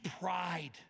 pride